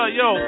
yo